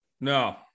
No